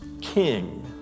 king